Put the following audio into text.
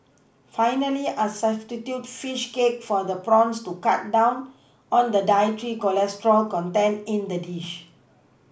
finally I substitute fish cake for the prawns to cut down on the dietary cholesterol content in the dish